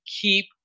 keep